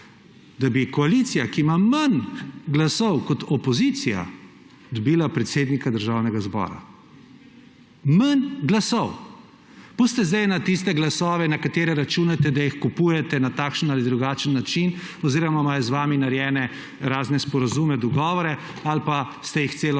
da bi koalicija, ki ima manj glasov kot opozicija, dobila predsednika Državnega zbora. Manj glasov! Pustite zdaj tiste glasove, na katere računate, da jih kupujete na takšen ali drugačen način oziroma imajo z vami narejene razne sporazume, dogovore ali pa ste jih celo